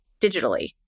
digitally